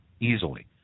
easily